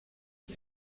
این